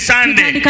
Sunday